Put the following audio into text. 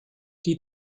die